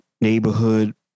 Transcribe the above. neighborhood